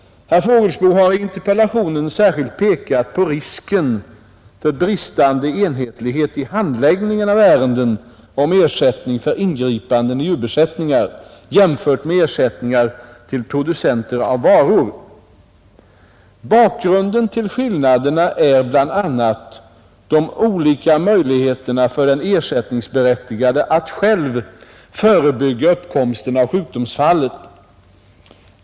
Herr Fågelsbo har i interpellationen särskilt pekat på risken för bristande enhetlighet i handläggningen av ärenden om ersättning för ingripanden i djurbesättningar jämfört med ersättningar till producenter av varor. Bakgrunden till skillnaderna är bl.a. de olika möjligheterna för den ersättningsberättigade att själv förebygga uppkomsten av sjukdomsfallet.